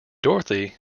dorothy